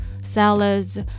salads